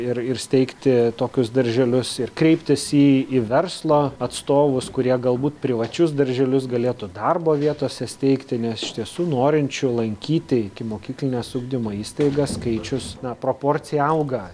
ir ir steigti tokius darželius ir kreiptis į į verslo atstovus kurie galbūt privačius darželius galėtų darbo vietose steigti nes iš tiesų norinčių lankyti ikimokyklines ugdymo įstaigas skaičius na proporcija auga